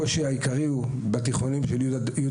הקושי העיקרי הוא בקרב בנות בכיתות י'-י"ב.